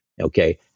Okay